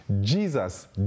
Jesus